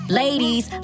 ladies